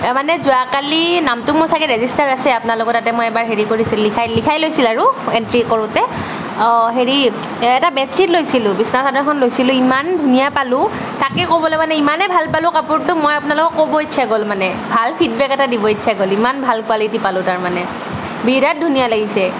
মানে যোৱা কালি নামটো মোৰ চাগে ৰেজিষ্টাৰ আছে আপোনালোকৰ তাতে মই এবাৰ হেৰি কৰিছিলোঁ লিখাই লিখাই লৈছিল আৰু এণ্ট্ৰি কৰোতে অঁ হেৰি এটা বেড্ছিট লৈছিলোঁ বিচনা চাদৰ এখন লৈছিলোঁ ইমান ধুনীয়া পালোঁ তাকে ক'বলৈ মানে ইমানে ভাল পালোঁ কাপোৰটো মই আপোনালোকক ক'ব ইচ্ছা গ'ল মানে ভাল ফিড্বেক এটা দিব ইচ্ছা গ'ল ইমান ভাল কোৱালিটী পালোঁ তাৰমানে বিৰাট ধুনীয়া লাগিছে